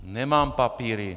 Nemám papíry.